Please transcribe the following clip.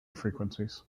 frequencies